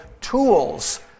tools